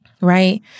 right